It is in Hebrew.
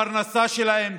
זו הפרנסה שלהם.